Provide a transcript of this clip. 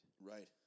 Right